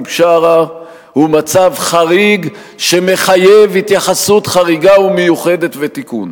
בשארה הוא מצב חריג שמחייב התייחסות חריגה ומיוחדת ותיקון.